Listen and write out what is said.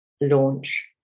launch